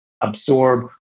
absorb